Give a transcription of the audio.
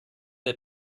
der